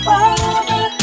Father